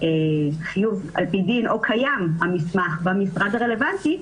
חיוב על פי דין או קיים המסמך במשרד הרלוונטי,